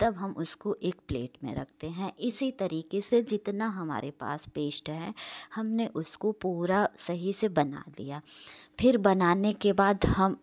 तब हम उसको एक प्लेट में रखते हैं इसी तरीके से जितना हमारे पास पेष्ट है हमने उसको पूरा सही से बना दिया फिर बनाने के बाद हम